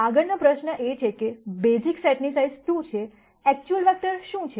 આગળનો પ્રશ્ન એ છે કે બેઝિક સેટ ની સાઈઝ 2 છે એકચયુઅલ વેક્ટર શું છે